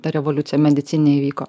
ta revoliucija medicinė įvyko